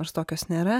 nors tokios nėra